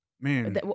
Man